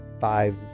five